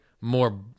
more